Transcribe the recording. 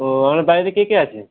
ও আপনার বাড়িতে কে কে আছে